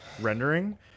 rendering